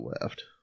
left